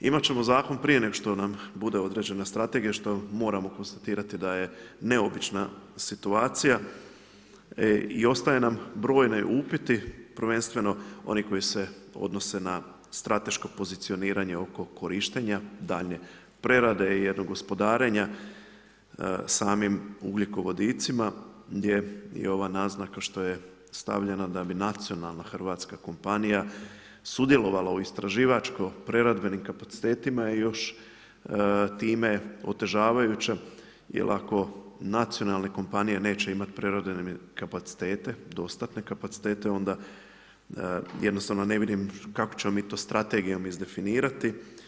Imat ćemo zakon prije nego što nam bude određena strategija što moramo konstatirati da je neobična situacija i ostaju nam brojni upiti, prvenstveno oni koji se odnose na strateško pozicioniranje oko korištenja daljnje prerade i gospodarenja samim ugljikovodicima gdje i ova naznaka što je stavljena da bi nacionalna hrvatska kompanija sudjelovala u istraživačko-preradbenim kapacitetima i još time otežavajuće jer ako nacionalne kompanije neće imati prerađene kapacitete, dostatne kapacitete, onda jednostavno ne vidim kako ćemo mi to strategijom izdefinirati.